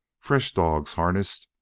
fresh dogs harnessed,